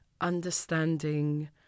understanding